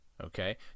Okay